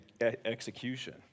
execution